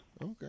Okay